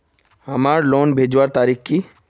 हमार लोन भेजुआ तारीख की?